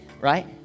right